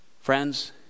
Friends